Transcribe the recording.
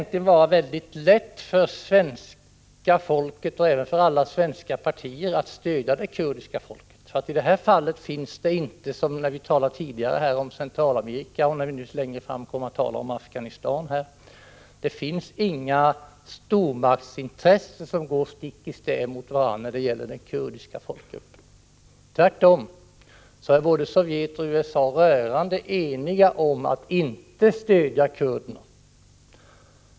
Det borde vara mycket lätt för svenska folket och även för alla svenska politiska partier att stödja det kurdiska folket. När det gäller den kurdiska folkgruppen finns det inte som i Centralamerika, som vi nyss talade om, eller i Afghanistan, som vi kommer att tala om längre fram, några stormaktsintressen som går stick i stäv mot varandra. Tvärtom är både Sovjet och USA rörande eniga om att inte stödja kurderna.